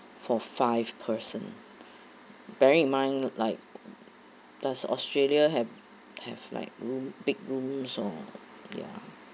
for five person bearing in mind like does australia have have like room big room or ya